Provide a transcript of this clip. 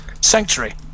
Sanctuary